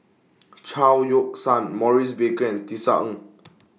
Chao Yoke San Maurice Baker and Tisa Ng